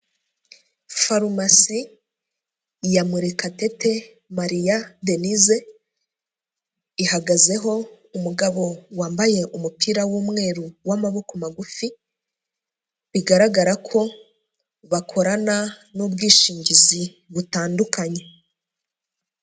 Farumasi ya Murekatete Maria Denise, ihagazeho umugabo wambaye umupira w'umweru w'amaboko magufi, bigaragara ko bakorana n'ubwishingizi butandukanye.